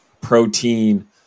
protein